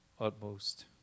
utmost